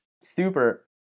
Super